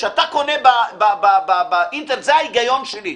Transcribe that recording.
כשאתה קונה באינטרנט זה ההיגיון שלי,